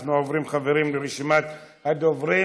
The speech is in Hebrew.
אנחנו עוברים, חברים, לרשימת הדוברים.